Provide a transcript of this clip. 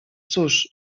cóż